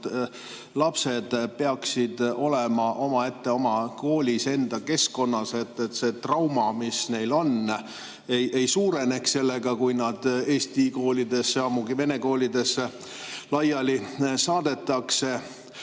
lapsed, peaksid olema omaette oma koolis, enda keskkonnas, et see trauma, mis neil on, ei suureneks sellega, kui nad eesti koolidesse, ammugi vene koolidesse laiali saadetakse.